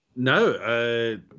No